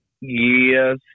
Yes